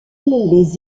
les